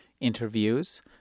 interviews